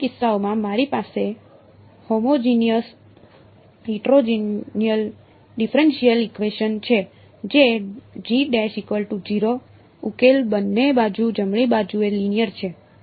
આ બંને કિસ્સાઓમાં મારી પાસે હોમોજિનિયસ ડિફરેનશીયલ ઇકવેશન છે જે ઉકેલ બંને બાજુ જમણી બાજુએ લિનિયર છે